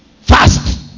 fast